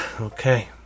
Okay